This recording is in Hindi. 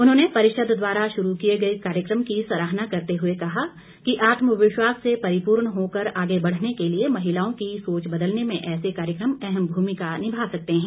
उन्होंने परिषद द्वारा शुरू किए गए कार्यकम की सराहना करते हुए कहा कि आत्मविश्वास से परिपूर्ण होकर आगे बढ़ने के लिए महिलाओं की सोच बदलने में ऐसे कार्यकम अपनी अहम भूमिका निभा सकते हैं